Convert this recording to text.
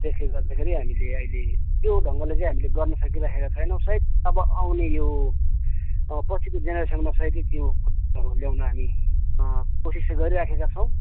त्यसले गर्दाखेरि हामीले अहिले त्यो ढङ्गले चाहिँ हामीले गर्न सकिरहेका छैनौँ सायद अब आउने यो पछि को जेनेरेसनमा सायद त्यो ल्याउन हामी कोसिस चाहिँ गरिराखेका छौँ